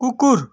कुकुर